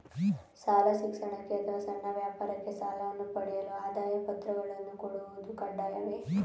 ಶಾಲಾ ಶಿಕ್ಷಣಕ್ಕೆ ಅಥವಾ ಸಣ್ಣ ವ್ಯಾಪಾರಕ್ಕೆ ಸಾಲವನ್ನು ಪಡೆಯಲು ಆದಾಯ ಪತ್ರಗಳನ್ನು ಕೊಡುವುದು ಕಡ್ಡಾಯವೇ?